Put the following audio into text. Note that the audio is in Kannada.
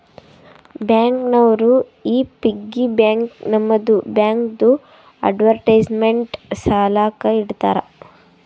ಬ್ಯಾಂಕ್ ನವರು ಈ ಪಿಗ್ಗಿ ಬ್ಯಾಂಕ್ ತಮ್ಮದು ಬ್ಯಾಂಕ್ದು ಅಡ್ವರ್ಟೈಸ್ಮೆಂಟ್ ಸಲಾಕ ಇಡ್ತಾರ